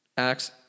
Acts